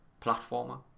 platformer